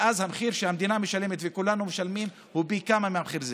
ואז המחיר שהמדינה וכולנו משלמים הוא פי כמה מהמחיר הזה.